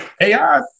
AI